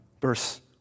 Verse